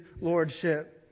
Lordship